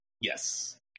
Yes